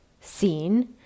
seen